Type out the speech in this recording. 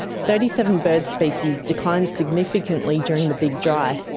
thirty seven bird species declined significantly during the big dry,